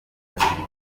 ati